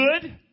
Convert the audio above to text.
good